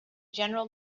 general